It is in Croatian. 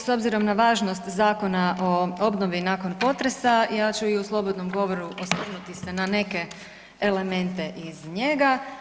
S obzirom na važnost Zakona o obnovi nakon potresa ja ću i u slobodnom govoru osvrnuti se na neke elemente iz njega.